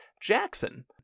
Jackson